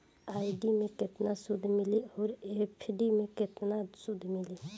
RD मे केतना सूद मिली आउर एफ.डी मे केतना सूद मिली?